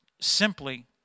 simply